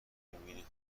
میبینی